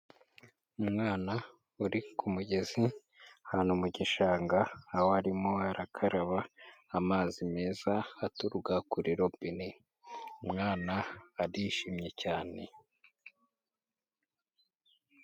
Umwana uri k'umugezi ahantu mu gishanga aho arimo arakaraba amazi meza aturuka kuri rubine, umwana arishimye cyane.